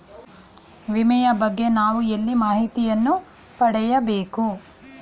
ವಿಮೆಯ ಬಗ್ಗೆ ನಾವು ಎಲ್ಲಿ ಮಾಹಿತಿಯನ್ನು ಪಡೆಯಬೇಕು?